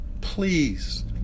please